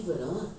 no